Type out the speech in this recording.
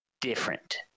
different